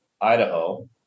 Idaho